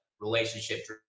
relationship